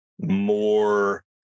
more